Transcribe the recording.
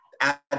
add